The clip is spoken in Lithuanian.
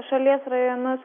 šalies rajonus